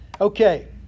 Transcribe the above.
Okay